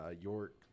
york